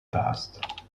past